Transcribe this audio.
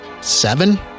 seven